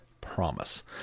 Promise